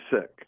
sick